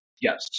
Yes